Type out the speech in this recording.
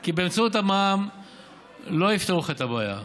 כי באמצעות המע"מ לא יפתרו לך את הבעיה.